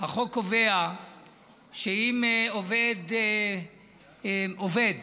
החוק קובע שאם עובד עובד